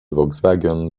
volkswagen